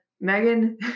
Megan